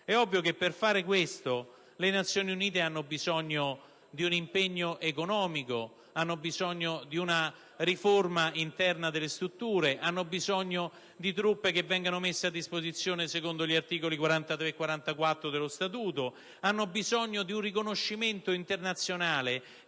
È ovvio che per fare questo le Nazioni Unite hanno bisogno di un impegno economico, di una riforma interna delle strutture, di truppe che vengano messe a disposizione secondo gli articoli 43 e 44 dello Statuto, di un riconoscimento internazionale